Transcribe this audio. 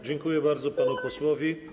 Dziękuję bardzo panu posłowi.